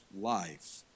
life